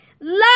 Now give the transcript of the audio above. Love